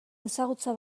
ezagutza